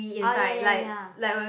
orh ya ya ya